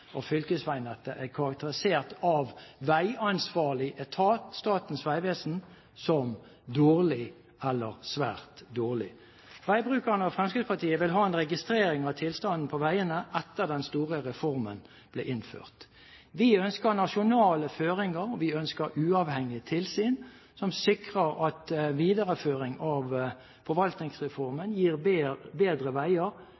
av fylkesveinettet er karakterisert av veiansvarlig etat, Statens vegvesen, som dårlig eller svært dårlig. Veibrukerne og Fremskrittspartiet vil ha en registrering av tilstanden på veiene etter at den store reformen ble innført. Vi ønsker nasjonale føringer, og vi ønsker uavhengige tilsyn som sikrer at videreføring av